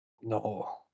No